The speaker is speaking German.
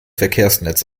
verkehrsnetz